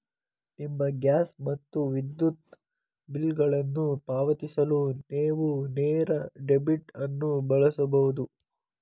ನಿಮ್ಮ ಗ್ಯಾಸ್ ಮತ್ತು ವಿದ್ಯುತ್ ಬಿಲ್ಗಳನ್ನು ಪಾವತಿಸಲು ನೇವು ನೇರ ಡೆಬಿಟ್ ಅನ್ನು ಬಳಸಬಹುದು